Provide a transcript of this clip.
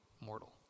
mortal